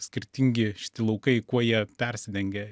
skirtingi šitie laukai kuo jie persidengia